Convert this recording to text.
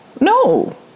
no